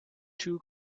two